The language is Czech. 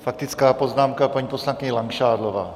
Faktická poznámka, paní poslankyně Langšádlová.